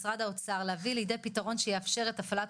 משרד האוצר להביא לידי פתרון שיאפשר את הפעלת